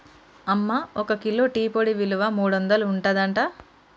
అమ్మ ఒక kilo tea పొడి ఇలువ మూడొందలు ఉంటదట